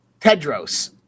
Tedros